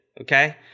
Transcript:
Okay